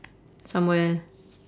somewhere